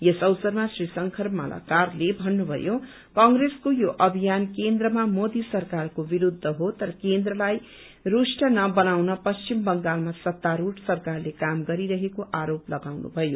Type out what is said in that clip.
यस अवसरमा श्री शंकर मालाकारले भन्नुषयो कंप्रेसको यो अभियान केन्द्रमा मोदी सरकारको विरूद्ध हो तर केन्द्रलाई रूप्ठ नबनाउन पश्चिम बंगालमा सत्तारूढ़ सरकारले काम गरिरहेको आरोप लगाउनु भयो